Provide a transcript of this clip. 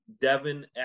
Devin